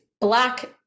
black